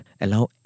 allow